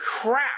crap